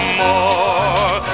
more